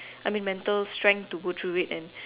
I mean mental strength to go through it and